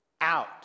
out